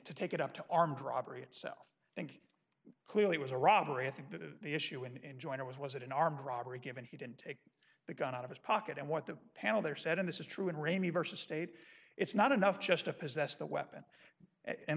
to take it up to armed robbery itself i think clearly it was a robbery i think that the issue in enjoying it was was it an armed robbery given he didn't the gun out of his pocket and what the panel there said in this is true and raimi versus state it's not enough just to possess the weapon and